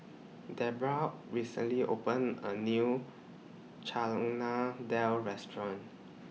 Debbra recently opened A New Chana Dal Restaurant